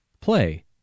Play